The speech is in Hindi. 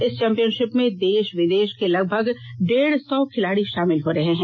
इस चैंपियनषिप में देष विदेष के लगभग डेढ़ सौ खिलाड़ी शामिल हो रहे हैं